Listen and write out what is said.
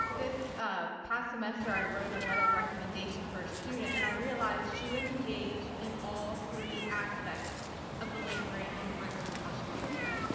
this ah past semester i wrote a letter of recommendation for a student and i realize the she was engaged in all three aspects of the land-grant university while she was here.